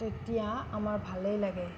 তেতিয়া আমাৰ ভালেই লাগে